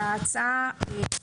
וההצעה מוסיפה למבקר